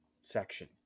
section